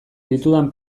ditudan